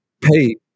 pay